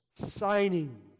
Signing